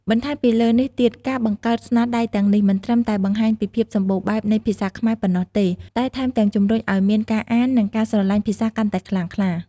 បន្ថែមពីលើនេះទៀតការបង្កើតស្នាដៃទាំងនេះ មិនត្រឹមតែបង្ហាញពីភាពសម្បូរបែបនៃភាសាខ្មែរប៉ុណ្ណោះទេ តែថែមទាំងជំរុញឱ្យមានការអាន និងការស្រឡាញ់ភាសាកាន់តែខ្លាំងក្លា។